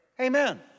Amen